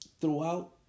throughout